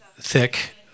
thick